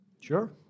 Sure